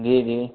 جی جی